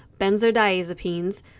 benzodiazepines